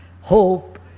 hope